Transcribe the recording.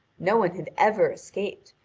no one had ever escaped,